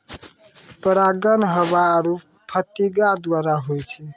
परागण हवा आरु फतीगा द्वारा होय छै